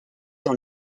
dans